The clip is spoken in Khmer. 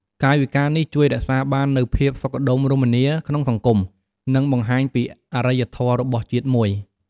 កាយវិការនេះជួយរក្សាបាននូវភាពសុខដុមរមនាក្នុងសង្គម និងបង្ហាញពីអរិយធម៌របស់ជាតិមួយ។